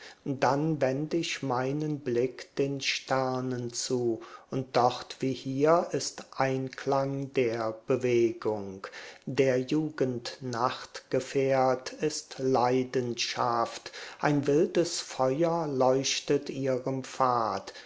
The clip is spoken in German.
dann wend ich meinen blick den sternen zu und dort wie hier ist einklang der bewegung der jugend nachtgefährt ist leidenschaft ein wildes feuer leuchtet ihrem pfad